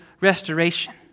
restoration